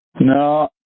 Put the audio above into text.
No